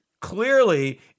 Clearly